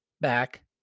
back